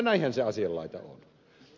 näinhän se asianlaita on